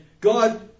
God